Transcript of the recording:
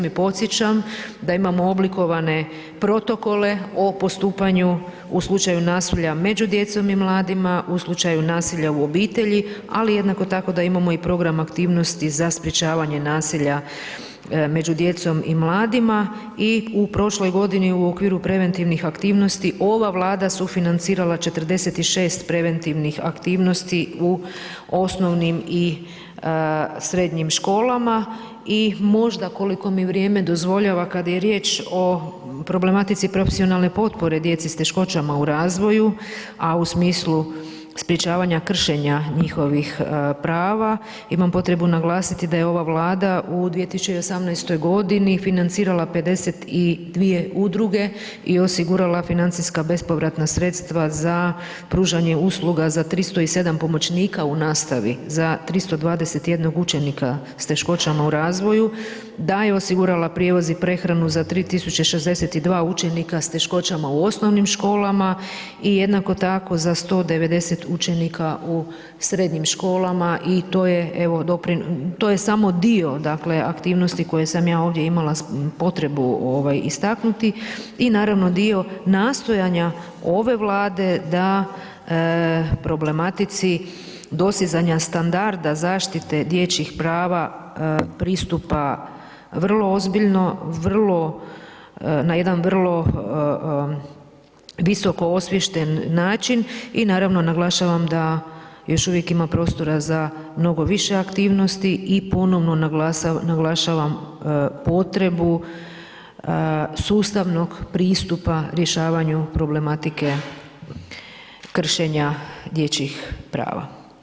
I podsjećam da imamo oblikovane protokole o postupanju u slučaju nasilja među djecom i mladima, u slučaju nasilja u obitelji, ali jednako tako da imamo i program aktivnost, za sprječavanje nasilja, među djecom i mladima i u prošloj godini u okviru preventivnih aktivnosti, ova vlada sufinancirala 46 preventivnih aktivnosti u osnovnim i srednjim školama i možda koliko mi vrijeme dozvoljava, kada je riječ o problematici profesionalne potpore djece s teškoćama u razvoju, a u smislu sprječavanja, kršenja njihovih prava, imam potrebu naglasiti, da je ova vlada u 2018.g. financirala 52 udruge i osigurala financijska bespovratna sredstva za pružanje usluga za 307 pomoćnika u nastavi za 321 učenika s teškoćama u razvoju da je osigurala prijevoz i prehranu za 3062 učenika s teškoćama u osnovnim školama i jednako tako za 190 učenika u srednjim školama i to je samo dio, dakle, aktivnosti koje sam ja ovdje imala potrebu istaknuti i naravno dio nastojanja ove Vlade da problematici dostizanja standarda zaštite dječjih prava pristupa vrlo ozbiljno, vrlo, na jedan vrlo visoko osviješten način i naravno naglašavam da još uvijek ima prostora za mnogo više aktivnosti i ponovo naglašavam potrebu sustavnog pristupa rješavanju problematike kršenja dječjih prava.